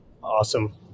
awesome